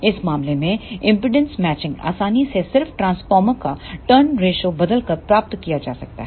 इस मामले में इंपेडेंस मैचिंग आसानी से सिर्फ ट्रांसफार्मर का टर्न रेशों बदलकर प्राप्त किया जा सकता है